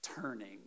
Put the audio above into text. turning